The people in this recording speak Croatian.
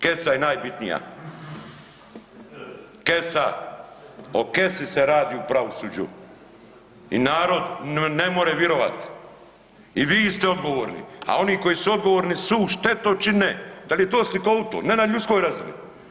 Kesa je najbitnija, kesa, o kesi se radi u pravosuđu i narod ne more virovati i vi ste odgovorni, a oni koji su odgovorni su štetočine, da li je to slikovito, ne na ljudskoj razini.